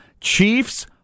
Chiefs